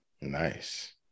Nice